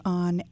on